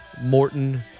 Morton